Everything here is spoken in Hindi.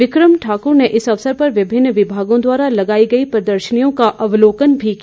बिकम ठाकुर ने इस अवसर पर विभिन्न विभागों द्वारा लगाई गई प्रदर्शनियों को अवलोकन भी किया